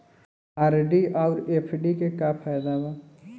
RD आउर FD के का फायदा बा?